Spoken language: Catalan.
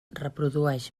reprodueix